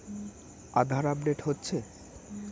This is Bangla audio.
আধার আপডেট হচ্ছে?